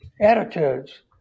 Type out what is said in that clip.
attitudes